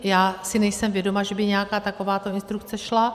Já si nejsem vědoma, že by nějaká taková instrukce šla.